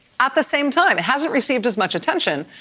at the same time, it hasn't received as much attention,